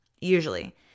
usually